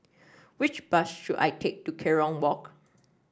which bus should I take to Kerong Walk